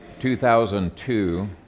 2002